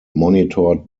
monitored